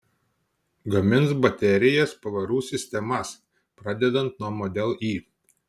gamins baterijas pavarų sistemas pradedant nuo model y